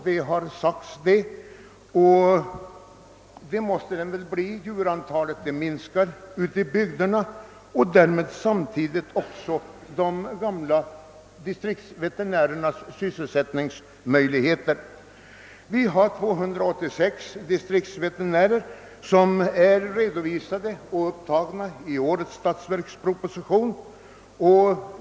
Det har sagts så, och det måste den väl också bli, eftersom djurantalet minskar ute i bygderna och därmed samtidigt också de befintliga distriktsveterinärernas sysselsättningsmöjligheter. Det finns 286 distriktsveterinärer, som är redovisade och upptagna i årets statsverksproposition.